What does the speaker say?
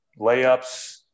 layups